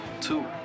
Two